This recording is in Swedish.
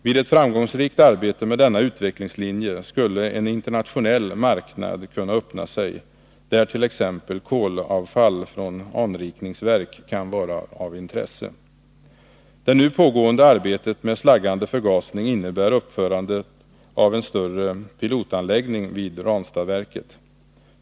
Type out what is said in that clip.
Vid ett framgångsrikt arbete med denna utvecklingslinje skulle en internationell marknad kunna öppna sig, där t.ex. kolavfall från anrikningsverk kan vara av intresse. Det nu pågående arbetet med slaggande förgasning innebär uppförande av en större pilotanläggning vid Ranstadsverket.